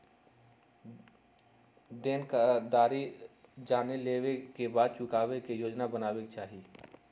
देनदारी जाने लेवे के बाद चुकावे के योजना बनावे के चाहि